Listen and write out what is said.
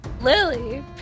Lily